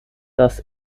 dass